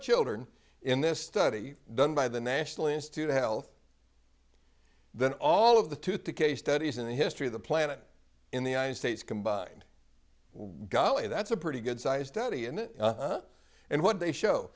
children in this study done by the national institute of health than all of the tooth decay studies in the history of the planet in the united states combined golly that's a pretty good sized daddy and it up and what they show